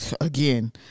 again